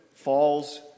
falls